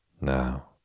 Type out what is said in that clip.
Now